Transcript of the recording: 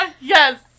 Yes